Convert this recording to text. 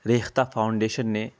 Rekhta foundation نے